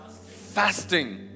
fasting